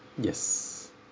yes